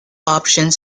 options